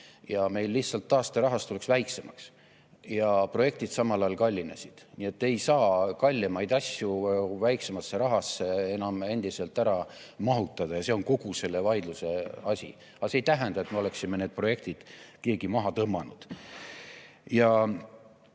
Meil lihtsalt taasterahastu läks väiksemaks ja projektid samal ajal kallinesid. Nii et ei saa kallimaid asju väiksemasse rahasse enam ära mahutada. See on kogu selle vaidluse asi. Aga see ei tähenda, et keegi oleks need projektid maha tõmmanud. Ja